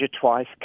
twice